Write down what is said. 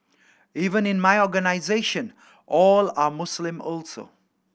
even in my organisation all are Muslim also